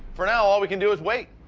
for now, all we can do is wait.